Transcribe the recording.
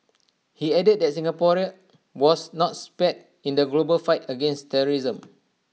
he added that Singapore was not spared in the global fight against terrorism